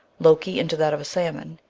loki into that of a salmon.